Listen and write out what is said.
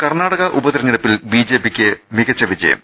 കർണാടക ഉപതെരഞ്ഞെടുപ്പിൽ ബിജെപ്പിക്ക് മികച്ച വിജ യം